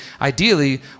ideally